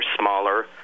smaller